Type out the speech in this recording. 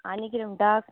आनी कितें म्हणटा